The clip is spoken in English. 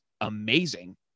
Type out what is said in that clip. Amazing